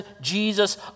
Jesus